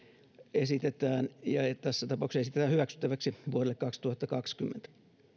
esitetään tässä tapauksessa hyväksyttäväksi vuodelle kaksituhattakaksikymmentä